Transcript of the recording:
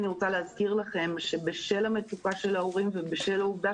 אני רוצה להזכיר לכם שבשל המצוקה של ההורים ובשל העובדה